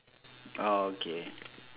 orh okay